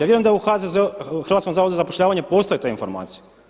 Ja vjerujem da u Hrvatskom zavodu za zapošljavanju postoje te informacije.